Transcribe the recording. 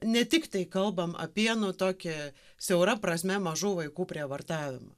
ne tiktai kalbam apie nu tokį siaura prasme mažų vaikų prievartavimą